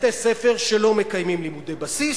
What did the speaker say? בתי-ספר שלא מקיימים לימודי בסיס,